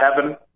heaven